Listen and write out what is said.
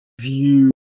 view